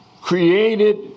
created